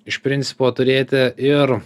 iš principo turėti ir